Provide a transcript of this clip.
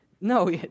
no